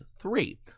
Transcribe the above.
three